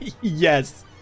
Yes